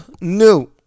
new